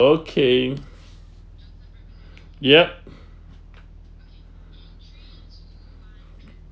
okay yup